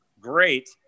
great